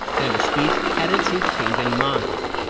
sanders' speech hadn't seemed to change any minds.